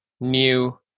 new